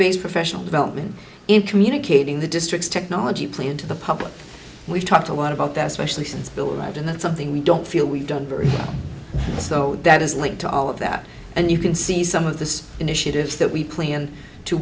based professional development in communicating the district's technology play into the public we've talked a lot about that especially since bill arrived and that's something we don't feel we don't vary so that is linked to all of that and you can see some of the initiatives that we plan to